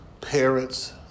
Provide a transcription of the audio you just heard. parents